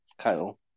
Kyle